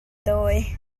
dawi